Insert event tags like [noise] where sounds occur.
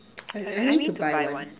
[noise] I I mean to buy one